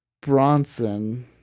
Bronson